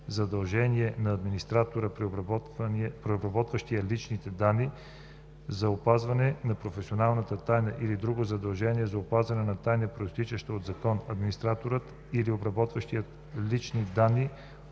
задължение на администратора или обработващия лични данни за опазване на професионална тайна или друго задължение за опазване на тайна, произтичащо от закон, администраторът или обработващият лични данни